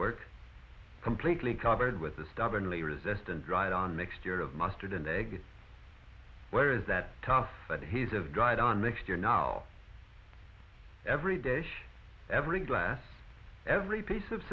work completely covered with the stubbornly resistant dried on mixture of mustard and egg where is that tough but he's of dried on mixture now every day every glass every piece of